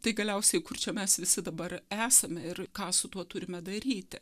tai galiausiai kur čia mes visi dabar esame ir ką su tuo turime daryti